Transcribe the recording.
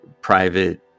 private